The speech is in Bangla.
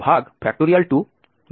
h22f43